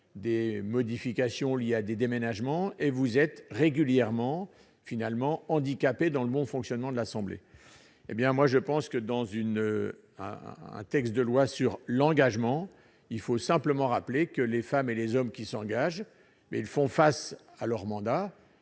des modifications liées à des déménagements et vous êtes régulièrement finalement handicapé dans le bon fonctionnement de l'Assemblée, hé bien moi je pense que dans une à un texte de loi sur l'engagement, il faut simplement rappeler que les femmes et les hommes qui s'engage, mais ils font face à leur mandat,